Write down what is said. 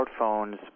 smartphones